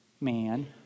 man